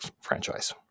franchise